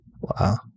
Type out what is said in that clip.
Wow